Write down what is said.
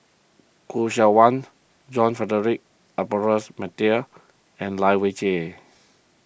Khoo Seok Wan John Frederick Adolphus McNair and Lai Weijie